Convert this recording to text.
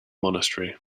monastery